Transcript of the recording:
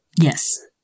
Yes